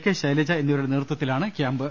K Shailaja എന്നിവ രുടെ നേതൃത്വത്തിലാണ് ക്യാമ്പ്